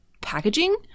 packaging